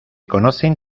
conocen